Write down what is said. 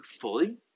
fully